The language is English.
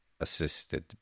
Assisted